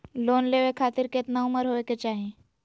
Loan लेवे खातिर केतना उम्र होवे चाही?